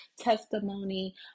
testimony